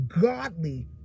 godly